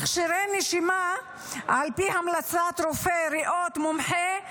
מכשירי נשימה על פי המלצת רופא ריאות מומחה,